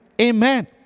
Amen